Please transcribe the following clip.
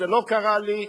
זה לא קרה לי,